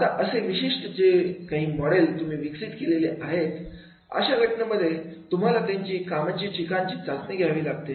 आता असे विशिष्ट जे काही मॉडेल तुम्ही विकसित केलेले आहे अशा घटनांमध्ये तुम्हाला त्याची कामाचे ठिकाणी चाचणी घ्यावी लागते